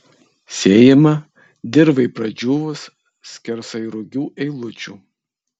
sėjama dirvai pradžiūvus skersai rugių eilučių